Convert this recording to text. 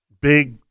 big